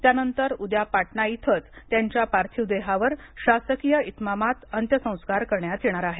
त्यानंतर उद्या पाटणा इथेच त्यांच्या पार्थिव देहावर शासकीय इतमामात अंत्यसंस्कार करण्यात येणार आहेत